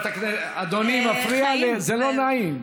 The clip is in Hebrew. אדוני מפריע, זה לא נעים.